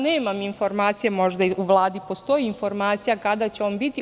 Nemam informacije, možda u Vladi postoji informacija, kada će on biti.